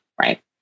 Right